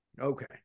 Okay